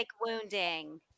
wounding